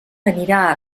anirà